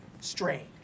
strange